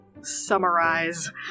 Summarize